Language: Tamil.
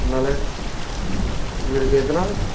அதனால் எங்களுக்கு எதுனால்